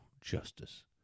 justice